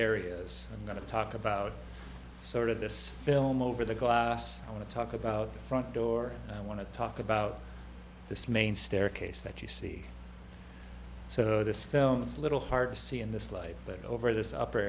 areas i'm going to talk about sort of this film over the glass i want to talk about the front door and i want to talk about this main staircase that you see so this film is a little hard to see in this light but over this upper